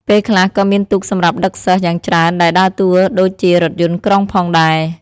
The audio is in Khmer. ពេលខ្លះក៏មានទូកសម្រាប់ដឹកសិស្សយ៉ាងច្រើនដែលដើរតួដូចជារថយន្តក្រុងផងដែរ។